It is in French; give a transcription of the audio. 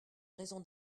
raison